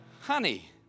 honey